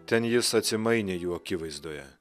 ten jis atsimainė jų akivaizdoje